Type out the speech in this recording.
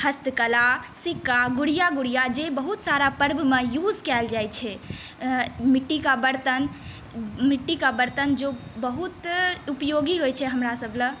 हस्तकला सिकके गुड्डा गुड़ियाँ जे बहुत सारा पर्व मे युज कयल जाइत छै मिट्टीकेँ बर्तन मिट्टी के बर्तन जे बहुत उपयोगी होइत छै हमरा सभ लेल